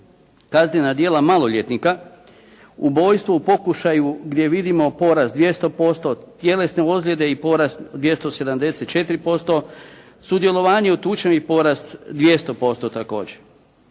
kaznena djela maloljetnika. Ubojstvo u pokušaju gdje vidimo porast 200%, tjelesne ozljede i porast 274%, sudjelovanje u tučnjavi porast 200% također.